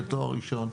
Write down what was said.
לתואר ראשון.